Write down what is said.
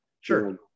Sure